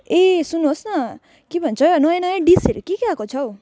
ए सुन्नुहोस् न के भन्छ नयाँ नयाँ डिसहरू के के आएको छ हौ